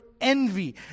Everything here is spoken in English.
envy